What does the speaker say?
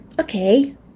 okay